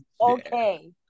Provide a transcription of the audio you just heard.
okay